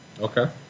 Okay